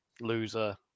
loser